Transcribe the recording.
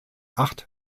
acht